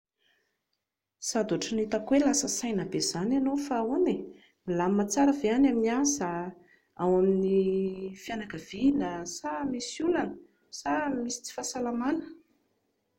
Sady ohatran'ny hitako hoe lasa saina be izany ianao fa ahoana e? Milamina tsara ve any amin'ny asa? Ao amin'ny fianakaviana? Sa misy olana? Sa misy tsy fahasalamana?